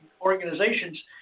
organizations